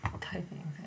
typing